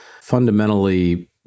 Fundamentally